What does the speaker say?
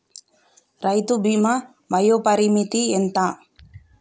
రైతు బీమా వయోపరిమితి ఎంత?